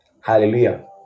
hallelujah